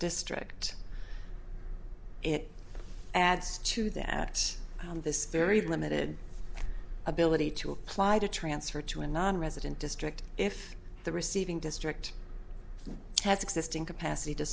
district it adds to that this very limited ability to apply to transfer to a nonresident district if the receiving district has existing capacity to